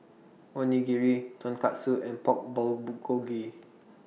Onigiri Tonkatsu and Pork